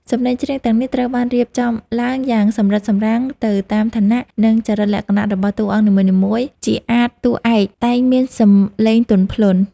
សំឡេងច្រៀងទាំងនេះត្រូវបានរៀបចំឡើងយ៉ាងសម្រិតសម្រាំងទៅតាមឋានៈ និងចរិតលក្ខណៈរបស់តួអង្គនីមួយៗ ជាអាទិ៍តួឯកតែងមានសំឡេងទន់ភ្លន់។